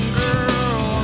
girl